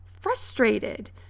frustrated